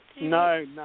no